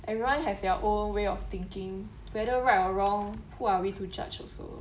everyone has their own way of thinking whether right or wrong who are we to judge also